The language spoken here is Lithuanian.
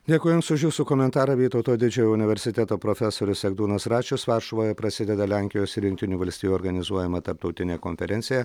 dėkui jums už jūsų komentarą vytauto didžiojo universiteto profesorius egdūnas račius varšuvoje prasideda lenkijos ir jungtinių valstijų organizuojama tarptautinė konferencija